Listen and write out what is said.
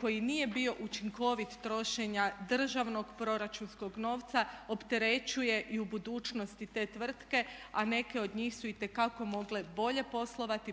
koji nije bio učinkovit trošenja državnog proračunskog novca opterećuje i u budućnosti te tvrtke, a neke od njih su itekako mogle bolje poslovati posebice